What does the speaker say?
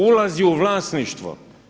Ulazi u vlasništvo.